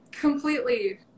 completely